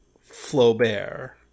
Flaubert